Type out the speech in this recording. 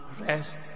rest